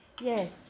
Yes